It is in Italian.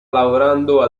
lavorando